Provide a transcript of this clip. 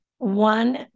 one